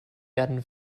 werden